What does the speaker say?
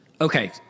Okay